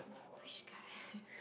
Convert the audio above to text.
which guy